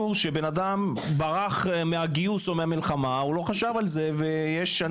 אדם ברח מהגיוס או מהמלחמה והוא לא חשב על אישור מצב משפחתי.